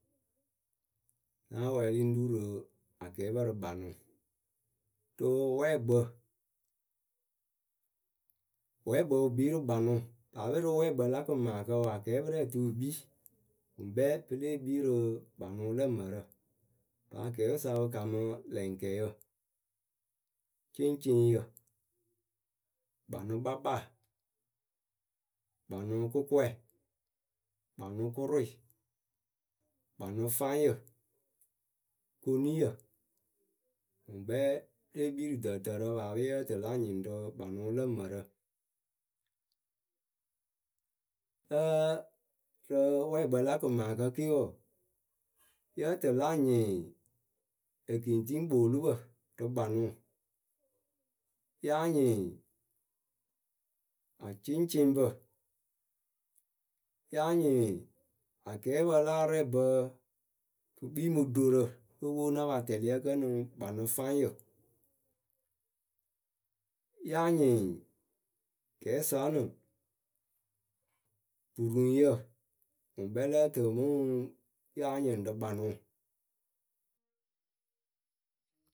Náa wɛɛlɩ ŋ́ ru rɨ akɛɛpǝ rɨ kpanʊ, rɨ wɛɛkpǝ, wɛɛkpǝ wɨ kpii rɨ kpanʊ paape rɨ wɛɛkpǝ la kɨmaakǝ wǝ akɛɛpǝ rɛ pɨ tɨ pɨ kpii pɨ ŋkpɛ pɨ lée kpii rɨ kpanʊ lǝ mǝrǝ.,Ŋpɨ akɛɛpǝ sa pɨ kamɨ lɛŋkɛyǝ, cɩŋcɩŋyǝ, kpanɨkpakpaa Kpanʊ kʊkɔɛ. kpanʊkʊrʊɩ, kpanʊfáŋyǝ Koniyǝ ŋwʊŋkpɛ lée kpii rɨ dǝǝtǝǝrǝ paape yǝ́ǝ tɨ la ŋ nyɩŋ rɨ kpanʊ lǝ mǝrǝ. ǝǝ, rɨ wɛɛkpǝ la kɨmaakǝ ke wɔɔ, yǝ́ǝ tɨ la ŋ nyɩŋ, ekiŋtiŋkpoolupǝ rɨ kpanʊʊ, yáa nyɩŋ acɩŋcɩŋpǝ Yáa nyɩŋ akɛɛpǝ la arɛɛbǝ, pɨ kpii mɨ ɖorǝ ŋ́ no pwo na pa tɛlɩ ǝkǝnɨŋ kpanɨfáŋyǝ. Yáa nyɩŋ. Kɛɛsa ǝnɨ, puruŋyǝ ŋwɨ ŋkpɛ lǝ́ǝ tɨ mɨ ŋ yáa nyɩŋ rɨ kpanʊ.